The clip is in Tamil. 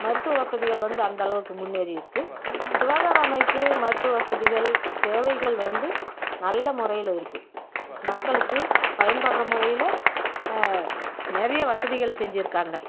மருத்துவ வசதிகள் வந்து அந்தளவுக்கு முன்னேறி இருக்குது சுகாதார அமைப்பு மருத்துவ வசதிகள் சேவைகள் வந்து நல்ல முறையில் இருக்குது மக்களுக்கு பயன்படுற முறையில் நிறைய வசதிகள் செஞ்சுருக்காங்க